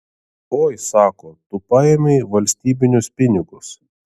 oi sako tu paėmei valstybinius pinigus